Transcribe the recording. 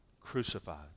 crucified